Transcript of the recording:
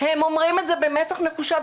הם אומרים את זה במצח נחושה,